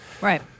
Right